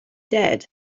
dead